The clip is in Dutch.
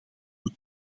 moet